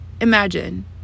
imagine